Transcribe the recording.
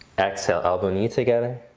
exhale elbow knee together.